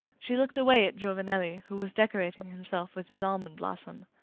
she looked away at giovanelli, who was decorating himself with his almond blossom.